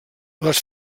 les